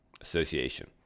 association